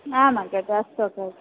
आम् अग्रज अस्तु अग्रज